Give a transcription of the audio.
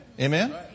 Amen